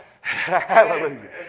Hallelujah